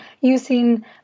using